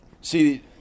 See